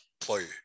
play